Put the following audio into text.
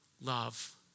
love